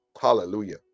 hallelujah